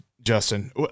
Justin